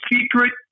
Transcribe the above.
secret